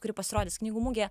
kuri pasirodys knygų mugėje